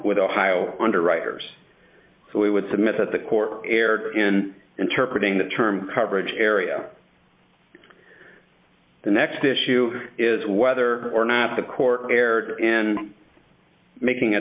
with ohio underwriters so we would submit that the court erred in interpreting the term coverage area the next issue is whether or not the court erred in making a